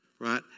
Right